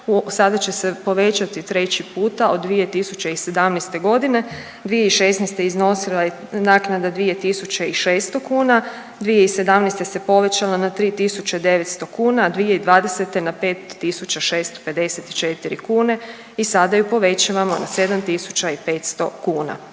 sada će se povećati treći puta od 2017. godine, 2016. iznosila je naknada 2.600 kuna, 2017. se povećala na 3.900 kuna, a 2020. na 5.654 kune i sada ju povećavamo na 7.500 kuna.